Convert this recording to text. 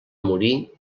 morir